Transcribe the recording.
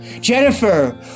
Jennifer